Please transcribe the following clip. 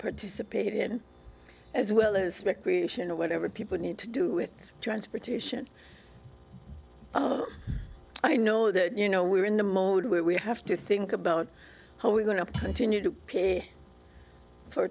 participate in as well as speculation or whatever people need to do with transportation i know that you know we're in the mode where we have to think about how we're going to continue to pay for